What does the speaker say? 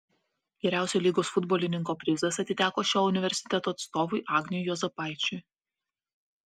geriausio lygos futbolininko prizas atiteko šio universiteto atstovui agniui juozapaičiui